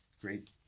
great